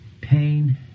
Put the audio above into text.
pain